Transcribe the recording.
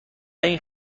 این